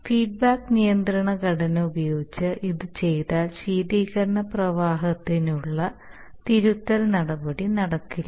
feedback നിയന്ത്രണ ഘടന ഉപയോഗിച്ച് ഇത് ചെയ്താൽ ശീതീകരണ പ്രവാഹത്തിനുള്ള തിരുത്തൽ നടപടി നടക്കില്ല